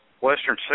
Western